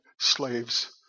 slaves